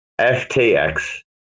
FTX